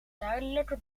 duidelijke